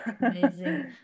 Amazing